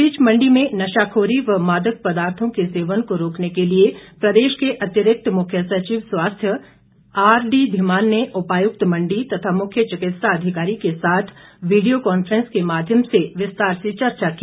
इस बीच मंडी में नशाखोरी व मादक पदार्थों के सेवन को रोकने के लिए प्रदेश के अतिरिक्त मुख्य सचिव स्वास्थ्य आरडी धीमान ने उपायुक्त मंडी तथा मुख्य चिकित्सा अधिकारी के साथ वीडियो कॉन्फ्रेंस के माध्यम से विस्तार से चर्चा की